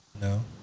No